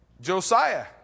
Josiah